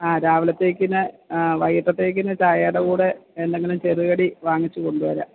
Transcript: ആ രാവിലത്തേക്ക് വൈകിട്ടത്തേക്ക് ചായയുടെകൂടെ എന്തെങ്കിലും ചെറുകടി വാങ്ങിച്ച് കൊണ്ടുവരാം